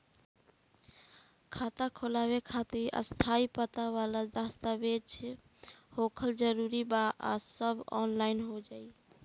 खाता खोलवावे खातिर स्थायी पता वाला दस्तावेज़ होखल जरूरी बा आ सब ऑनलाइन हो जाई?